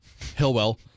Hillwell